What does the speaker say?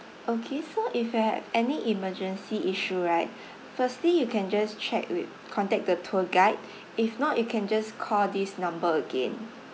okay so if there're any emergency issue right firstly you can just check with contact the tour guide if not you can just call this number again